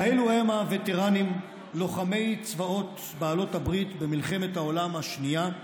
כאלה הם הווטרנים לוחמי צבאות בעלות הברית במלחמת העולם השנייה.